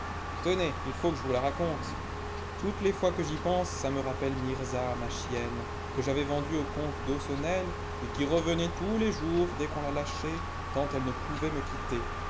tenez il faut que je vous la raconte toutes les fois que j'y pense ça me rappelle mirza ma chienne que j'avais vendue au comte d'haussonnel et qui revenait tous les jours dès qu'on la lâchait tant elle ne pouvait me quitter